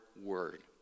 word